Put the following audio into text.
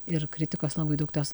ir kritikos labai daug tos